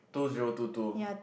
two zero two two